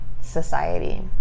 society